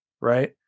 Right